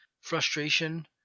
frustration